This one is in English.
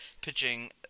pitching